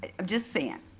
ah i'm just saying.